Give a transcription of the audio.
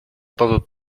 tasub